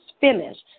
finished